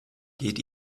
geht